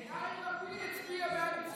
יאיר לפיד הצביע בעד,